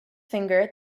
finger